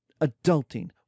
adulting